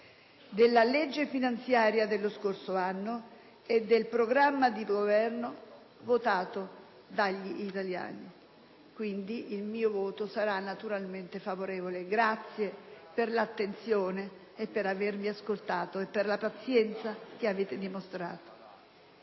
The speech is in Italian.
della legge finanziaria dello scorso anno e del programma di Governo votato dagli italiani. Il mio voto sarà pertanto favorevole. Grazie per l'attenzione, per avermi ascoltato e per la pazienza che avete dimostrato.